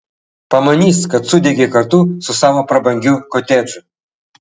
pamanys kad sudegei kartu su savo prabangiu kotedžu